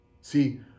See